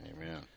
Amen